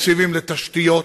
תקציבים לתשתיות,